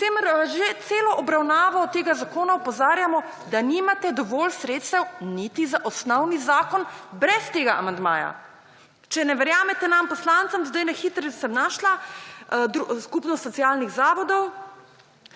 pri čemer že celo obravnavo tega zakona opozarjamo, da nimate dovolj sredstev niti za osnovni zakon brez tega amandmaja. Če ne verjamete nam poslancem, sedaj na hitro sem našla, Skupnost socialnih zavodov